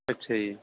ਅੱਛਾ ਜੀ